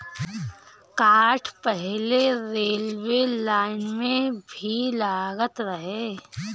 काठ पहिले railway line में भी लागत रहे